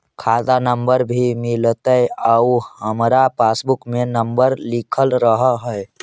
खाता नंबर भी मिलतै आउ हमरा पासबुक में नंबर लिखल रह है?